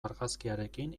argazkiarekin